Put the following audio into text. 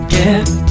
Get